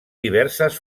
diverses